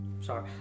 Sorry